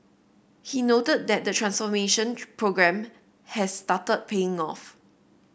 he noted that the transformation programme has started paying off